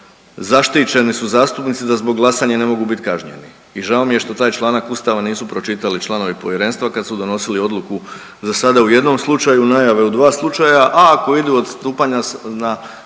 zaštićeni su zastupnici da zbog glasanja ne mogu bit kažnjeni i žao mi je što taj članak Ustava nisu pročitali članovi povjerenstva kad su donosili odluku za sada u jednom slučaju najave u dva slučaja, a ako idu odstupanja na